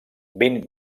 ben